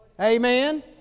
Amen